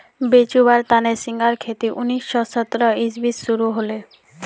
बेचुवार तने झिंगार खेती उन्नीस सौ सत्तर इसवीत शुरू हले